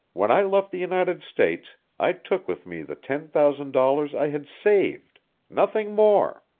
when i left the united states i took with me the ten thousand dollars i had saved nothing more.